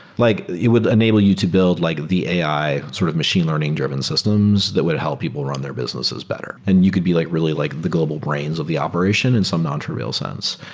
like it would enable you to build like the ai sort of machine learning-driven systems that would help people run their businesses better, and you could be like really like the global brains of the operation in some nontrivial sense.